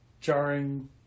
jarring